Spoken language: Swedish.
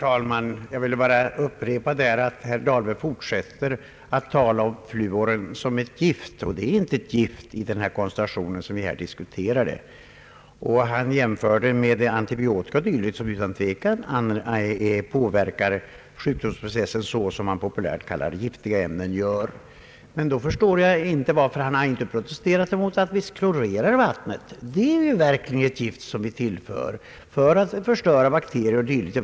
Herr talman! Jag upprepar att herr Dahlberg fortsätter att tala om fluor som ett gift. Det är inte något gift i den koncentration som vi här diskuterar. Han jämförde den med antibiotika som otvivelaktigt påverkar sjukdomsprocesser på ett sätt som ämnen som man populärt kallar gifter gör. Men då förstår jag inte varför han inte protesterat mot att vi klorerar dricksvatten. Där är det verkligen gift som vi tillför vattnet för att förstöra bakterier och dylikt.